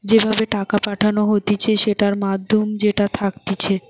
যে ভাবে টাকা পাঠানো হতিছে সেটার মাধ্যম যেটা থাকতিছে